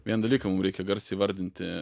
vieną dalyką mum reikia garsiai įvardinti